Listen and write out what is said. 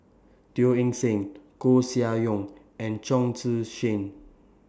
Teo Eng Seng Koeh Sia Yong and Chong Tze Chien